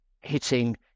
hitting